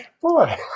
Boy